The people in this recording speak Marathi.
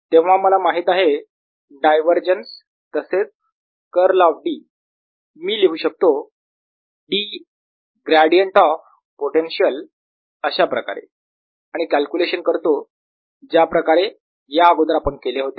तेव्हा मला माहित आहे डायव्हरजन्स तसेच कर्ल ऑफ D मी लिहू शकतो D ग्रॅडियंट ऑफ पोटेन्शियल अशाप्रकारे आणि कॅलक्युलेशन करतो ज्याप्रकारे या अगोदर आपण केले होते